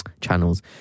channels